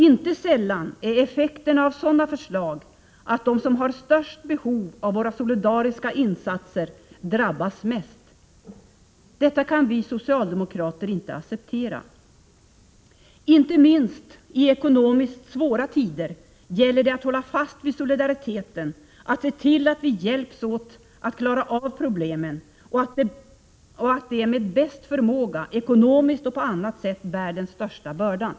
Inte sällan är effekterna av sådana förslag att de som har det största behovet av våra solidariska insatser drabbas värst. Detta kan vi socialdemokrater inte acceptera. Inte minst i ekonomiskt svåra tider gäller det att hålla fast vid solidariteten, att se till att vi hjälps åt att klara av problemen och att de med bäst förmåga — ekonomiskt och på annat sätt — bär den största bördan.